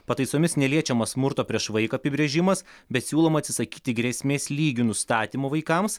pataisomis neliečiamas smurto prieš vaiką apibrėžimas bet siūloma atsisakyti grėsmės lygių nustatymo vaikams